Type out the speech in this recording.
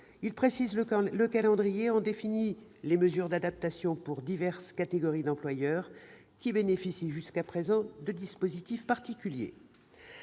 en précise le calendrier et définit des mesures d'adaptation pour diverses catégories d'employeurs qui bénéficiaient, jusqu'à présent, de dispositifs particuliers.